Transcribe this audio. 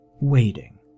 waiting